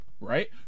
Right